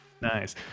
Nice